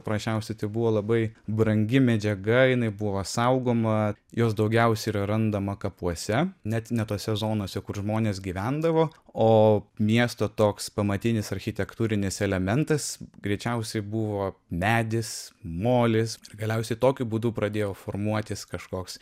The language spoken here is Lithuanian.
paprasčiausiai tai buvo labai brangi medžiaga jinai buvo saugoma jos daugiausia yra randama kapuose net ne tose zonose kur žmonės gyvendavo o miesto toks pamatinis architektūrinis elementas greičiausiai buvo medis molis galiausiai tokiu būdu pradėjo formuotis kažkoks